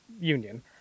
union